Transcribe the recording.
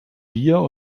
wir